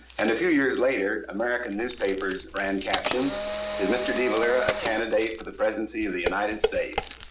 and a few years later american newspapers ran captions is mr. de valera a candidate for the presidency of the united states?